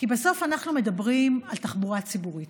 כי בסוף אנחנו מדברים על תחבורה ציבורית.